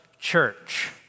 Church